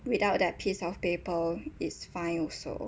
without that piece of paper it's fine also